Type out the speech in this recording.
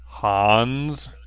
Hans